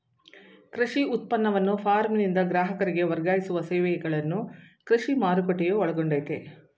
ಕೃಷಿ ಉತ್ಪನ್ನವನ್ನು ಫಾರ್ಮ್ನಿಂದ ಗ್ರಾಹಕರಿಗೆ ವರ್ಗಾಯಿಸುವ ಸೇವೆಗಳನ್ನು ಕೃಷಿ ಮಾರುಕಟ್ಟೆಯು ಒಳಗೊಂಡಯ್ತೇ